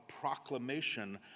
proclamation